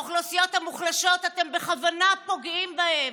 האוכלוסיות המוחלשות, אתם בכוונה פוגעים בהן,